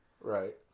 Right